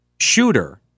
shooter